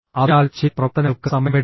അതിനാൽ ചില പ്രവർത്തനങ്ങൾക്ക് സമയമെടുക്കും